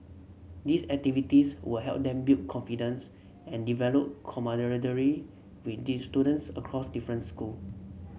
these activities will help them build confidence and develop camaraderie with did students across difference school